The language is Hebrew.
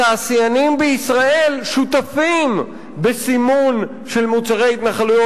התעשיינים בישראל שותפים בסימון של מוצרי התנחלויות,